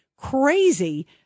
crazy